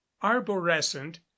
arborescent